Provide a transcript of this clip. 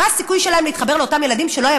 מה הסיכוי שלהם להתחבר לאותם ילדים שלא היה